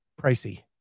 pricey